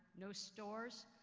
no stores,